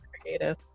creative